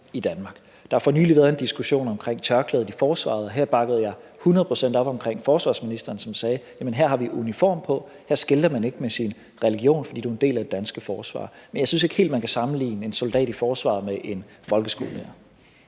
Der har for nylig været en diskussion om brugen af tørklædet i forsvaret, og her bakkede jeg hundrede procent op om forsvarsministeren, som sagde: Her har vi uniform på; her skilter man ikke med sin religion, for du er en del af det danske forsvar. Men jeg synes ikke helt, man kan sammenligne en soldat i forsvaret med en folkeskolelærer.